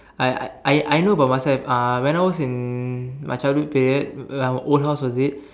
I I I know about myself uh when I was in my childhood period uh my old house was big